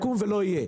דיון.